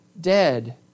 dead